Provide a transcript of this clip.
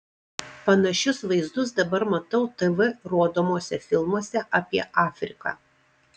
panašius vaizdus dabar matau tv rodomuose filmuose apie afriką